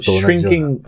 shrinking